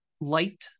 light